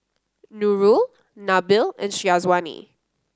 Nurul Nabil and Syazwani